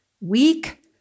weak